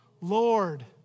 Lord